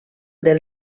del